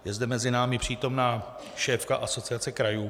Je zde mezi námi přítomna šéfka Asociace krajů.